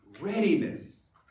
readiness